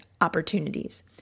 opportunities